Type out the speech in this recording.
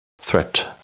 threat